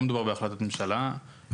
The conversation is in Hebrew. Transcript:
לא מדובר בהחלטת ממשלה,